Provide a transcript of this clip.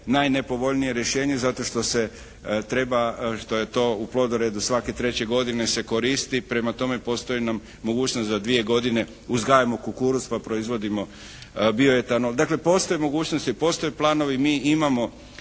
najnepovoljnije rješenje zato što se to treba, što je to u plodoredu svake treće godine se koristi. Prema tome, postoji nam mogućnost za dvije godine uzgajamo kukuruz, pa proizvodimo bio etanol. Dakle, postoji mogućnost, jer postoje planovi. Mi imamo